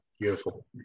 Beautiful